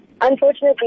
Unfortunately